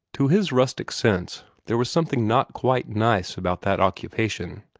to his rustic sense, there was something not quite nice about that occupation.